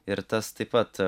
ir tas taip pat